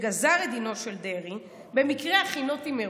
שגזר את דינו של דרעי, במקרה הכינותי מראש,